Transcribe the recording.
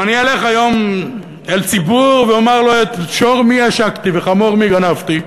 אם אני אלך היום אל ציבור ואומר לו: את שור מי עשקתי וחמור מי גנבתי,